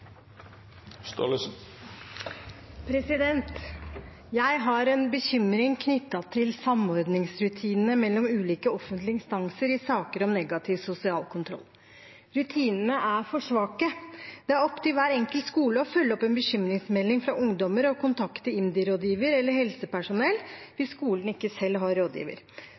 Jeg har en bekymring knyttet til samordningsrutinene mellom ulike offentlige instanser i saker om negativ sosial kontroll. Rutinene er for svake. Det er opp til hver enkelt skole å følge opp en bekymringsmelding fra ungdommer og kontakte IMDi-rådgiver eller helsepersonell hvis skolen ikke selv har rådgiver.